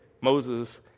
Moses